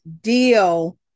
deal